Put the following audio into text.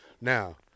Now